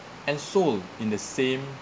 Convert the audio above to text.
and sold in the same